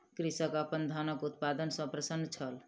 कृषक अपन धानक उत्पादन सॅ प्रसन्न छल